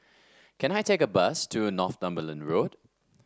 can I take a bus to Northumberland Road